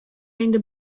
инде